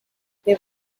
there